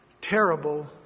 terrible